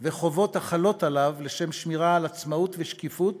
והחובות החלות עליו לשם שמירה על עצמאות ושקיפות